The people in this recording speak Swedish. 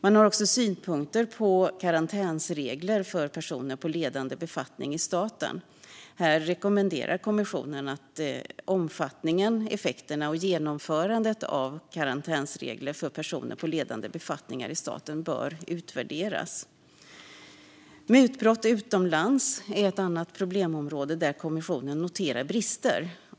Man har också synpunkter på karantänsregler för personer i ledande befattning i staten. Här rekommenderar kommissionen att omfattningen, effekterna och genomförandet av karantänsregler för personer i ledande befattning i staten utvärderas. Mutbrott utomlands är ett annat problemområde där kommissionen noterar brister.